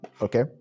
Okay